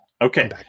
Okay